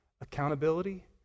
accountability